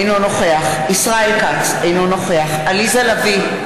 אינו נוכח ישראל כץ, אינו נוכח עליזה לביא,